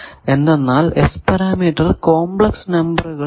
എന്തെന്നാൽ S parameter complex നമ്പറുകൾ ആണ്